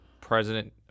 President